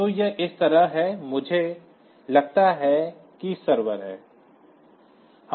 तो यह इस तरह है मुझे लगता है कि सर्वर हैं